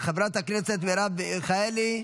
חברת הכנסת מרב מיכאלי,